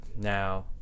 now